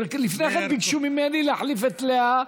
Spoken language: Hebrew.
לפני כן ביקשו ממני להחליף את לאה,